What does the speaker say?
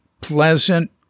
Pleasant